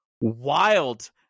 wild